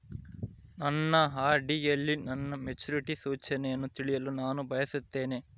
ನನ್ನ ಆರ್.ಡಿ ಯಲ್ಲಿ ನನ್ನ ಮೆಚುರಿಟಿ ಸೂಚನೆಯನ್ನು ತಿಳಿಯಲು ನಾನು ಬಯಸುತ್ತೇನೆ